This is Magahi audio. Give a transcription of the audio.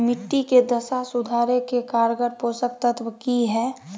मिट्टी के दशा सुधारे के कारगर पोषक तत्व की है?